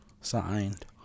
Signed